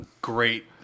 great